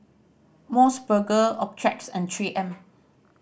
Mos Burger Optrex and Three M